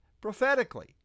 prophetically